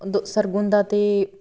ਦ ਸਰਗੁਣ ਦਾ ਅਤੇ